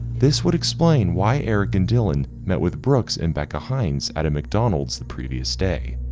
this would explain why eric and dylan met with brooks and becca heinz at a mcdonald's the previous day.